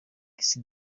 kiss